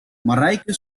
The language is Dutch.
marijke